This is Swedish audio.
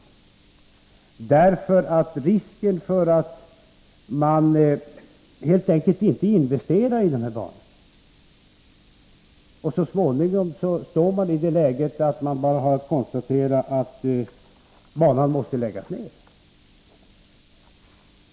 Risken är i annat fall den att man helt enkelt inte kommer att investera i de bandelar det gäller och så småningom hamna i ett läge där man bara har att konstatera att dessa måste läggas ned.